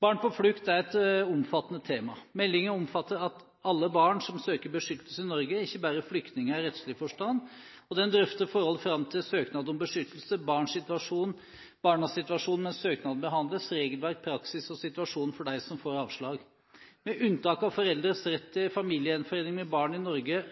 Barn på flukt er et omfattende tema. Meldingen omfatter alle barn som søker beskyttelse i Norge, ikke bare flyktninger i rettslig forstand. Den drøfter forhold fram til søknad om beskyttelse, barnas situasjon mens søknaden behandles, regelverk, praksis og situasjonen for dem som får avslag. Med unntak av foreldres rett til familiegjenforening med barn i Norge